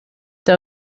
der